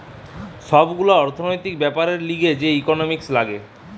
সব গুলা অর্থনৈতিক বেপারের লিগে যে ইকোনোমিক্স লাগে